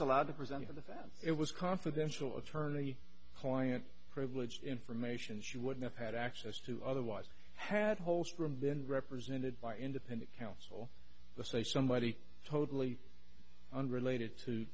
allowed to present in the family it was confidential attorney client privilege information she wouldn't have had access to otherwise had holstrom been represented by independent counsel the say somebody totally unrelated to